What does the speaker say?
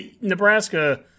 Nebraska